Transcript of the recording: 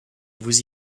vous